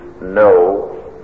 no